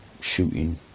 shooting